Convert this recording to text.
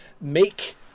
make